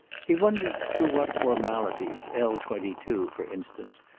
he wondered through what formalities l twenty two, for instance,